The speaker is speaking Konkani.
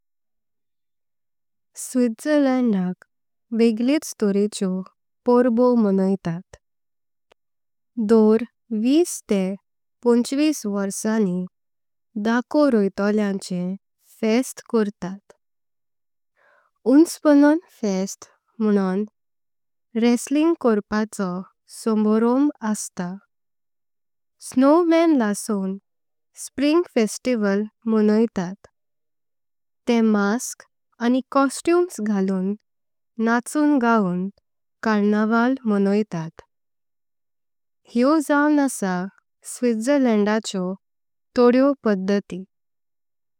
स्विट्ज़रलैंडाक वेगळेच तोरेच्यो पर्व मोनयतात। दोर विस ते पंचविश वर्सांम्नी दाखो रोइतोल्यांचें फेस्ट कोर्तात। उन्स्पुन्नेफेस्ट म्हूणों व्रसलिंग कोरपाचो सोमरोंब अस्त। स्नोमन लसवून स्प्रिंग फेस्टिवल मोनयतात ते मास्क। आनी कॉस्ट्यूम्स घालून नाचून गांवून कार्नावल मोनयतात। हेयो जाऊन असा स्विट्ज़रलैंडाच्यो तोड्यो पादती।